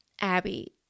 Abby